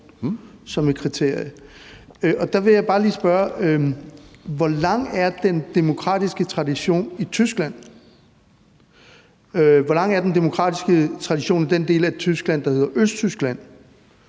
hvor lang den demokratiske tradition er i Tyskland. Hvor lang er den demokratiske tradition i den del af Tyskland, der hed Østtyskland?